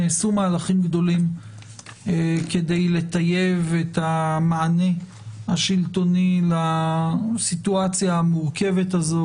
נעשו מהלכים גדולים כדי לטייב את המענה השלטוני לסיטואציה המורכבת הזו,